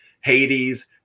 hades